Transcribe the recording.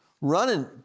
running